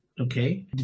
Okay